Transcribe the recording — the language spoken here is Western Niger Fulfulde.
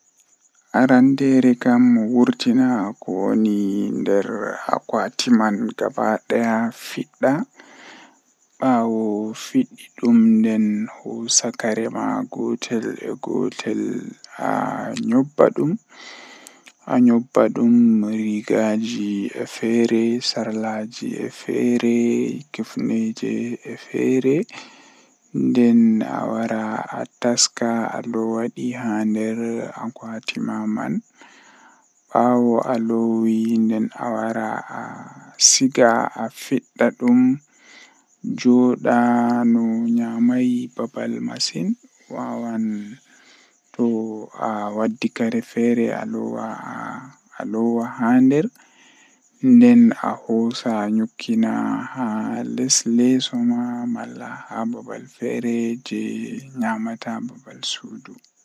Ko laawol njamaande, Ɗuum njikataaɗo faamini e njogorde ɓuri. Ko ɓe njogirɗi toɓɓe njammaaji e njarɗi, Ko no njogoree kaɓe ngoodi, Toɓɓe ɗi njamaande e naatugol njogordi njijjigiri ngoodi ɓuri njogoreeteeɗi.